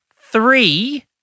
three